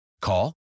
Call